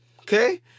okay